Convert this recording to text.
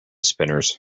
spinners